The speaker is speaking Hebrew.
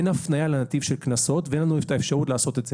אין הפנייה לנתיב של קנסות ואין לנו את האפשרות לעשות את זה.